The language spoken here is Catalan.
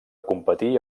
competir